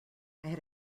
had